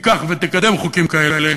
תיקח ותקדם חוקים כאלה,